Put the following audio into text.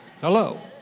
Hello